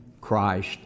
Christ